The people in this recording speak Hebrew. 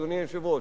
אדוני היושב-ראש,